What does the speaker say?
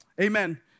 Amen